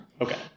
Okay